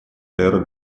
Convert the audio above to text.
эра